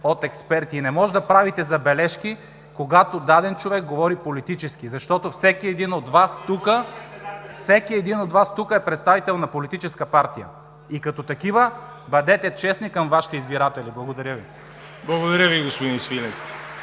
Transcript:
от експерти. И не може да правите забележки, когато даден човек говори политически, защото всеки един от Вас тук е представител на политическа партия и като такива бъдете честни към Вашите избиратели. Благодаря Ви. (Ръкопляскания